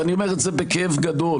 ואני אומר את זה בכאב גדול,